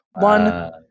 one